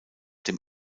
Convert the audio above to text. dem